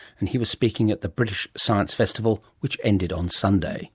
and he was speaking at the british science festival, which ended on sunday